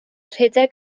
rhedeg